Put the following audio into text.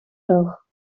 droog